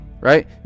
right